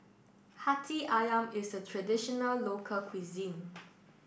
Hati Ayam is a traditional local cuisine